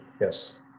Yes